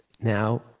now